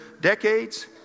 decades